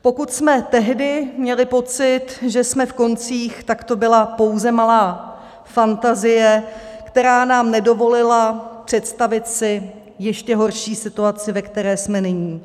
Pokud jsme tehdy měli pocit, že jsme v koncích, tak to byla pouze malá fantazie, která nám nedovolila představit si ještě horší situaci, ve které jsme nyní.